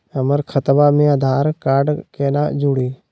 हमर खतवा मे आधार कार्ड केना जुड़ी?